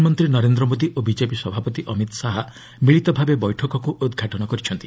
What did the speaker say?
ପ୍ରଧାନମନ୍ତ୍ରୀ ନରେନ୍ଦ୍ର ମୋଦି ଓ ବିକେପି ସଭାପତି ଅମିତ୍ ଶାହା ମିଳିତ ଭାବେ ବୈଠକକୁ ଉଦ୍ଘାଟନ କରିଛନ୍ତି